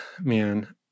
man